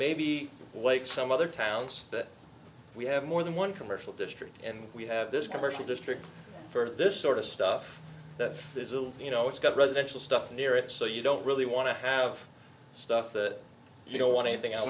maybe like some other towns that we have more than one commercial district and we have this commercial district for this sort of stuff that you know it's got residential stuff near it so you don't really want to have stuff that you don't want anything